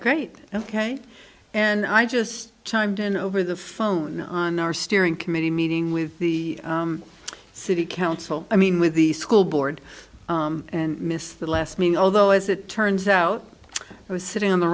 great ok and i just chimed in over the phone on our steering committee meeting with the city council i mean with the school board and miss the last mean although as it turns out i was sitting on the